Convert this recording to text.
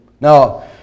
now